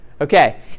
Okay